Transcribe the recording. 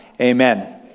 amen